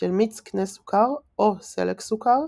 של מיץ קנה סוכר או סלק סוכר,